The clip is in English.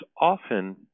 often